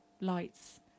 lights